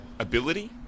Ability